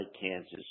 Kansas